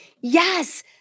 Yes